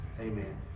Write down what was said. Amen